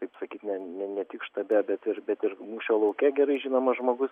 kaip sakyt ne ne ne tik štabe bet ir bet ir mūšio lauke gerai žinomas žmogus